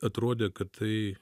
atrodė kad tai